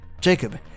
Jacob